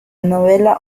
novela